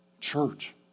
Church